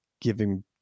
giving